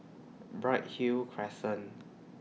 Bright Hill Crescent